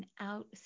out